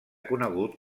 conegut